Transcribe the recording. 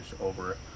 over